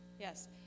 yes